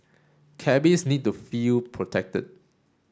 cabbies need to feel protected